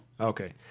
okay